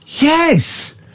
Yes